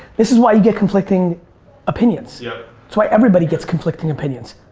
this is why you get conflicting opinions. yeah it's why everybody gets conflicting opinions.